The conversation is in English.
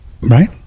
right